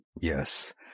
Yes